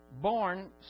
born